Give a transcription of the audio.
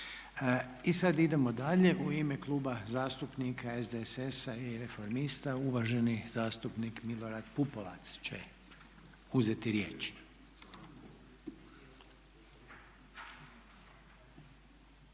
I sada idemo dalje, u ime Kluba zastupnika SDSS-a i Reformista uvaženi zastupnik Milorad Pupovac će uzeti riječ.